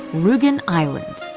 rugen island.